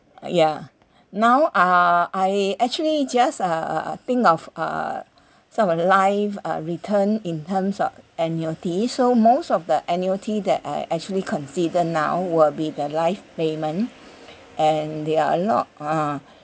ya now uh I actually just err think of uh some of the life uh return in terms of annuity so most of the annuity that I actually consider now will be the life payment and there are a lot uh